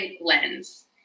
lens